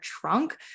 trunk